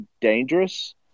dangerous –